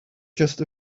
just